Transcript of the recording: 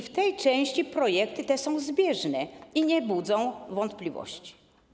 W tej części projekty te są zbieżne i nie budzą wątpliwości.